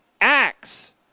acts